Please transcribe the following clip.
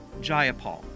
Jayapal